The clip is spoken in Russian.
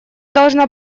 должна